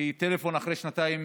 כי טלפון אחרי שנתיים,